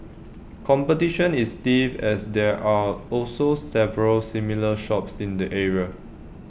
competition is stiff as there are also several similar shops in the area